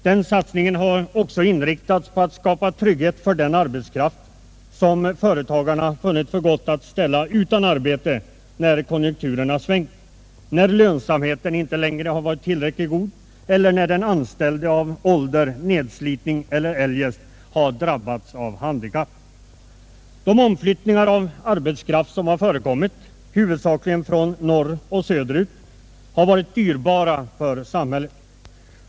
Denna satsning har också inriktats på att skapa trygghet för den arbetskraft som företagarna funnit för gott att ställa utan arbete när konjunkturen svängt, när lönsamheten inte längre varit tillräckligt god eller när den anställde av ålder, nedslitning eller av andra orsaker drabbats av handikapp. De omflyttningar av arbetskraft som förekommit huvudsakligen från norr till söder har varit dyrbara för samhället.